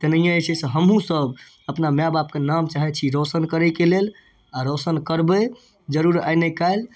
तेनाहिये जे छै से हमहूँ सब अपना माय बाप के नाम चाहै छी रौशन करैके लेल आओर रौशन करबै जरुर आइ ने काल्हि